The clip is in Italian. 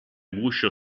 guscio